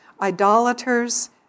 idolaters